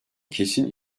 kesin